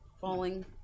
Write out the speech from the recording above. Falling